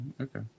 okay